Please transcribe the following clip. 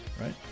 Right